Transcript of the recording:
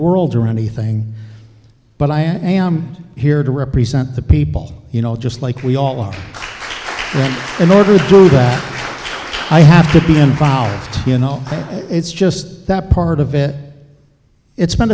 world or anything but i am here to represent the people you know just like we all are in the room i have to be involved you know it's just that part of it it's been